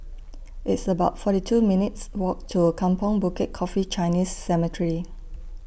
It's about forty two minutes' Walk to Kampong Bukit Coffee Chinese Cemetery